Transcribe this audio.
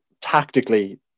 tactically